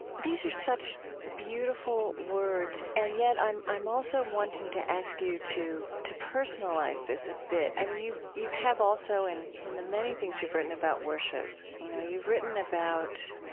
these are such beautiful words, and yet i'm i'm also wanting to ask you to to personalize this a bit. i mean, you have also in in the many things you've written about worship, you know, you've written about